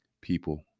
people